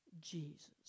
Jesus